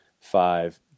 Five